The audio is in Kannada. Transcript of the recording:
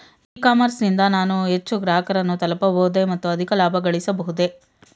ಇ ಕಾಮರ್ಸ್ ನಿಂದ ನಾನು ಹೆಚ್ಚು ಗ್ರಾಹಕರನ್ನು ತಲುಪಬಹುದೇ ಮತ್ತು ಅಧಿಕ ಲಾಭಗಳಿಸಬಹುದೇ?